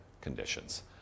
conditions